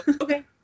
Okay